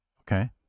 Okay